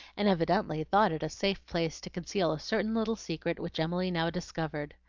and evidently thought it a safe place to conceal a certain little secret which emily now discovered.